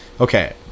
Okay